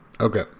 Okay